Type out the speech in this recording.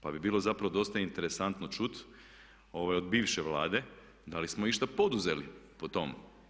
Pa bi bilo zapravo dosta interesantno čuti od bivše Vlade da li smo išta poduzeli po tom.